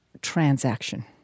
transaction